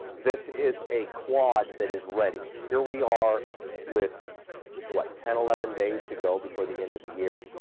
this is a quad that is ready. here we are with what, ten, eleven days to go before the end of the year,